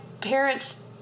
parents